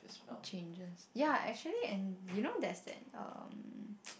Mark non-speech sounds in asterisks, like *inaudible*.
changes ya actually and you know there's that um *noise*